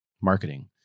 marketing